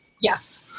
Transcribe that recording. Yes